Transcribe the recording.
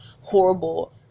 horrible